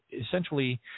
essentially